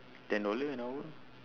ten dollar an hour